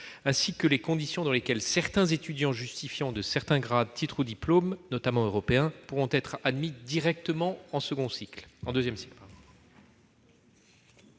ainsi que les conditions dans lesquelles certains étudiants justifiant de certains grades, titres ou diplômes, notamment européens, pourront être admis directement en deuxième cycle.